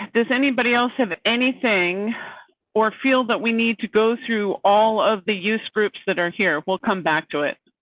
does anybody else have anything or feel that but we need to go through all of the use groups that are here? we'll come back to it.